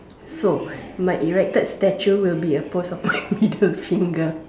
so my erected statute will be a pose of a middle finger